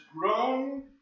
grown